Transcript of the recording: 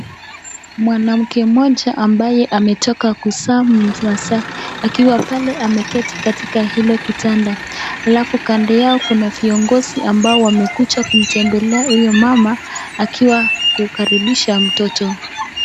Mwanamke mmoja ambaye ametoka kuzaa mase akiwa pale ameketi katika hilo kitanda, halafu Kando Yao kuna viongozi ambao wamekuja kumtembelea huyo mama akiwa kukaribisha mtoto.